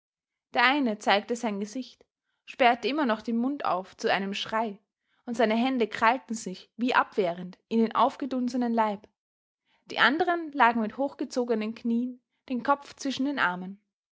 der eine zeigte sein gesicht sperrte immer noch den mund auf zu einem schrei und seine hände krallten sich wie abwehrend in den aufgedunsenen leib die anderen lagen mit hochgezogenen knien den kopf zwischen den armen